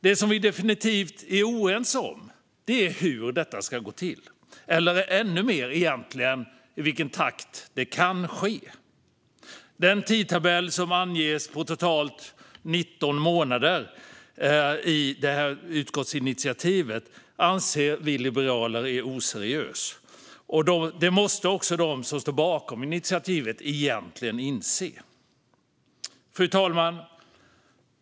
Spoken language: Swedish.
Det som vi definitivt är oense om är hur detta ska gå till, och egentligen ännu mer om i vilken takt det kan ske. Den tidtabell på totalt 19 månader som anges i detta utskottsinitiativ anser vi liberaler är oseriös. Det måste också de som står bakom initiativet egentligen inse. Fru talman!